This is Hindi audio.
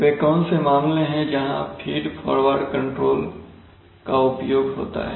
वे कौन से मामले हैं जहां फीड फॉरवर्ड कंट्रोल का उपयोग होता है